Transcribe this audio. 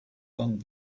long